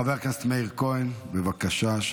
חבר הכנסת מאיר כהן, בבקשה.